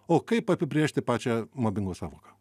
o kaip apibrėžti pačią mobingo sąvoką